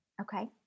Okay